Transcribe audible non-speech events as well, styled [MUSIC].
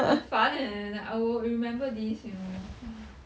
很烦 eh like I will remember this you know [BREATH]